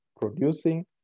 producing